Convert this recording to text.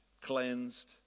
cleansed